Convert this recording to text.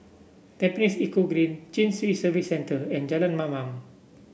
Tampines Eco Green Chin Swee Service Centre and Jalan Mamam